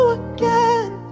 again